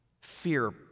Fear